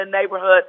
neighborhood